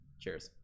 Cheers